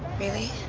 really?